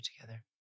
together